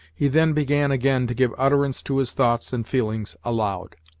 he then began again to give utterance to his thoughts and feelings aloud.